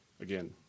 again